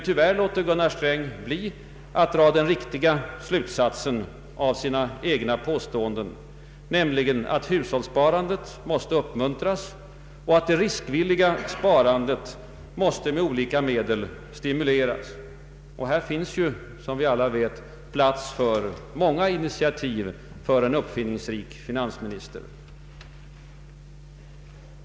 Tyvärr underlåter Gunnar Sträng att dra den riktiga slutsatsen av sina påståenden, nämligen att hushållssparandet måste uppmuntras och att det riskvilliga sparandet måste med olika medel stimuleras. Och här finns ju, som vi alla vet, plats för många initiativ för en uppfinningsrik finansminister.